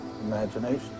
imagination